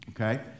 okay